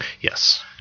Yes